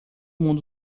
mundo